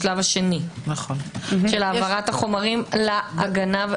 בשלב השני של העברת החומרים להגנה,